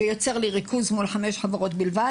זה יוצר לי ריכוז מול 5 חברות בלבד